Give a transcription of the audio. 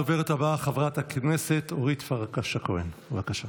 הדוברת הבאה, חברת הכנסת אורית פרקש הכהן, בבקשה.